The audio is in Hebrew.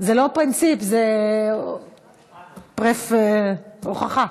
זה לא פרינציפ, זה proof, הוכחה.